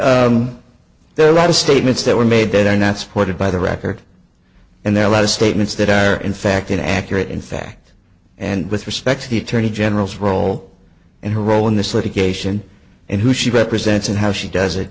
that there are a lot of statements that were made that are not supported by the record and there are a lot of statements that are in fact an accurate in fact and with respect to the attorney general's role and her role in this litigation and who she represents and how she does it